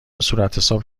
صورتحساب